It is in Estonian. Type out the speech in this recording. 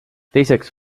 teiseks